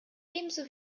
ebenso